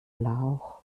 lauch